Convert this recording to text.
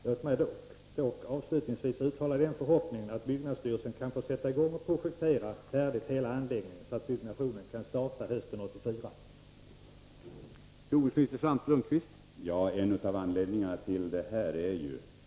Låt mig dock avslutningsvis uttala den förhoppningen att byggnadsstyrelsen kan få sätta i gång att projektera hela anläggningen, så att byggnationen kan starta hösten 1984.